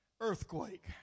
earthquake